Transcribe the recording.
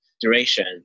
duration